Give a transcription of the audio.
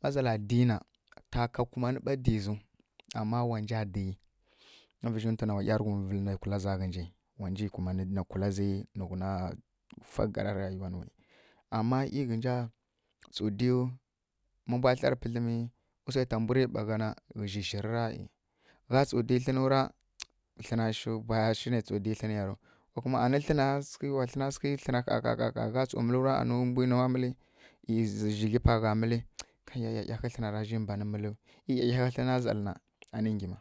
ma zala dǝ nǝ ta ka kuma mba dzǝ na nja wa nja wa ˈyaraghumǝ vǝl na kula za ghǝza ghǝnji jagha wa nja dǝ nǝ ghunǝ fari dadǝza ma mbwa tlǝr pǝdlǝm wa swa tari ˈyi zǝ shǝri gha tsu dɨ tlǝn yi tlǝn na pa shǝ tsu tlǝn ya ru ko wa wa tlǝn swaghǝ tlǝn hahaha ani wa tlǝn sǝghǝ gha tsu mǝl ra ani mbwǝ nuw mǝl lu ra kayi ˈyiyighǝ tlǝn zǝ mbanǝ mǝlu mǝ ˈyiyighǝ tlǝn nǝ zala na nyi ma